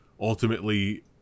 ultimately